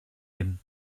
him